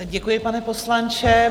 Děkuji, pane poslanče.